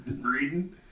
reading